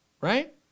right